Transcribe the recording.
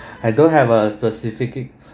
I don't have a specific